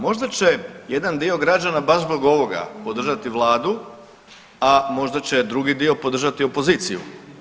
Možda će jedan dio građana baš zbog ovoga podržati Vladu a možda će drugi dio podržati opoziciju.